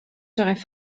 seraient